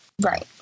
right